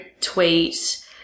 tweet